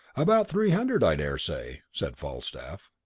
about three hundred, i dare say, said falstaff.